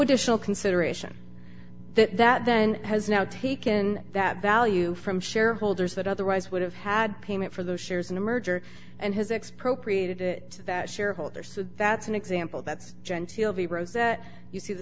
additional consideration that then has now taken that value from shareholders that otherwise would have had payment for those shares in a merger and his expropriated it that shareholder so that's an example that's genteel the roads that you see the